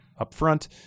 upfront